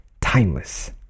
timeless